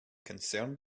concerned